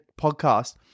podcast